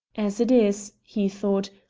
as it is, he thought,